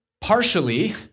partially